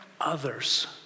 others